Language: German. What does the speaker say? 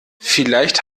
vielleicht